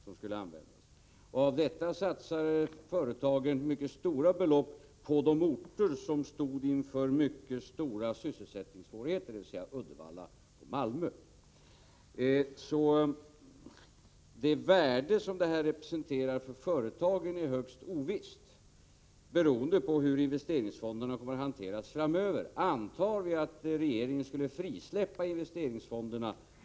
Av denna summa satsar företagen mycket stora belopp på de orter som stod inför synnerligen allvarliga sysselsättningssvårigheter, dvs. Uddevalla och Malmö. Det värde som rätten att utnyttja vissa investeringsfondsmedel representerar för företagen är högst ovisst, beroende på hur investeringsfonderna kommer att hanteras framöver. Antag att regeringen under de kommande åren skulle frisläppa investeringsfonderna!